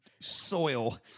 soil